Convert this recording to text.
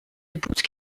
épouse